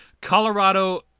Colorado